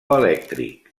elèctric